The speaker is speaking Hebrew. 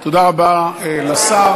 תודה רבה לשר.